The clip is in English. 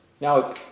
Now